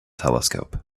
telescope